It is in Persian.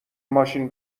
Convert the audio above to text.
ماشین